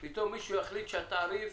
פתאום מישהו יחליט שהתעריף